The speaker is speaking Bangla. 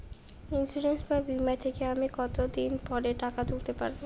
ইন্সুরেন্স বা বিমা থেকে আমি কত দিন পরে টাকা তুলতে পারব?